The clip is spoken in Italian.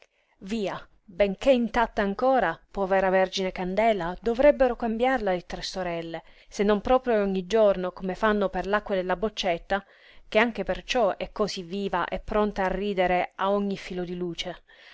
via benché intatta ancora povera vergine candela dovrebbero cambiarla le tre sorelle se non proprio ogni giorno come fanno per l'acqua della boccetta che anche perciò è cosí viva e pronta a ridere a ogni filo di luce